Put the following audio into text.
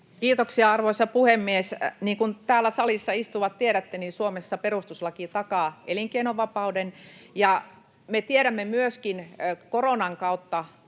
Kiitoksia, arvoisa puhemies! Niin kuin täällä salissa istuvat tiedätte, Suomessa perustuslaki takaa elinkeinonvapauden. Me myöskin tiedämme koronan kautta